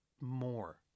more